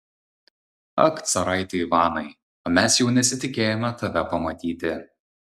ak caraiti ivanai o mes jau nesitikėjome tave pamatyti